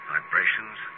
Vibrations